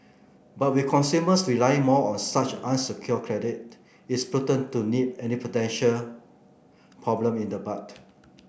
but with consumers relying more on such unsecured credit it's prudent to nip any potential problem in the bud